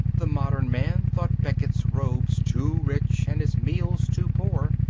the modern man thought becket's robes too rich and his meals too poor.